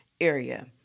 area